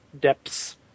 depths